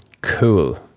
cool